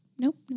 Nope